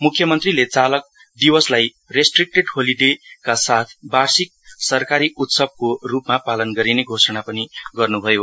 मुख्यमन्त्रीले चालक दिवसलाई रेस्ट्रिक्टेड होलिडेका साथ पार्षिक सरकारी उत्साव को रुपमा पालन गरिने घोषण पनि गर्नु भयो